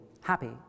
happy